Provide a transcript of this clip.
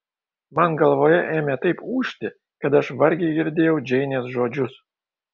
man galvoje ėmė taip ūžti kad aš vargiai girdėjau džeinės žodžius